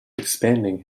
expanding